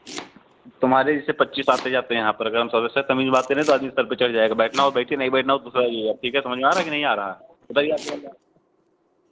तुम्हारे जैसे पच्चीस आते जाते हैं यहाँ पर अगर हम सबसे तमीज़ में बात करें तो आदमी सर पे चढ़ जाएगा बैठना हो बैठिए नहीं बैठना हो तो दूसरा जाइए आप ठीक है समझ में आ रहा है कि नहीं आ रहा है उतरिए आप